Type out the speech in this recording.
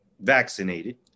vaccinated